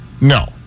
No